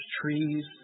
trees